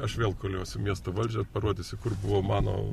aš vėl koliosiu miesto valdžią ir parodysiu kur buvo mano